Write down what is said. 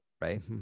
right